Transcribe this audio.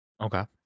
Okay